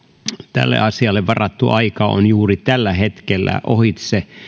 tälle asialle varattu aika on juuri tällä hetkellä ohitse